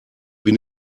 bin